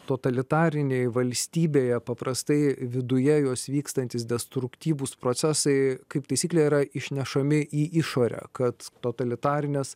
totalitarinėj valstybėje paprastai viduje jos vykstantys destruktyvūs procesai kaip taisyklė yra išnešami į išorę kad totalitarinės